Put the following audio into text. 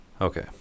okay